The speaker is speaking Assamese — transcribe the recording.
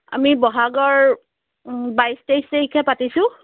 আমি ব'হাগৰ বাইছ তেইছ তাৰিখে পাতিছোঁ